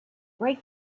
break